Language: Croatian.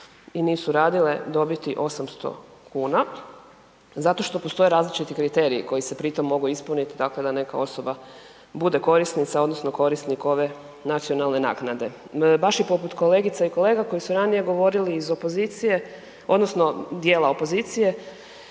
i nisu radile dobiti 800 kuna zato što postoje različiti kriteriji koji se pritom mogu ispuniti tako da neka osoba bude korisnica, odnosno korisnik ove nacionalne naknade. Baš i poput kolegica i kolega koje su ranije govorili iz opozicije, odnosno dijela opozicije,